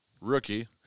Rookie